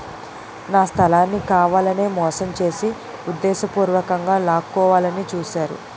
నా స్థలాన్ని కావాలనే మోసం చేసి ఉద్దేశపూర్వకంగా లాక్కోవాలని చూశారు